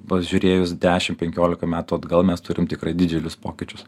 pažiūrėjus dešimt penkiolika metų atgal mes turim tikrai didžiulius pokyčius